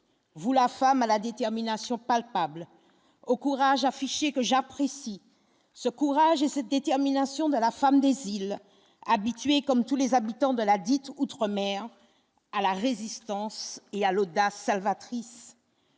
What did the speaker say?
vous la femme à la détermination palpable au courage affiché que j'apprécie ce courage et cette détermination de la femme des îles habitué comme tous les habitants de la dite outre-mer à la résistance et à l'audace salvatrice